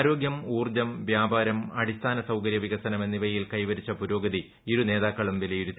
ആരോഗൃം ഊർജ്ജം വൃാപാരം അടിസ്ഥാന സൌകര്യ വികസനം എന്നിവയിൽ കൈവരിച്ച പുരോഗതി ഇരുനേതാക്കളും വിലയിരുത്തി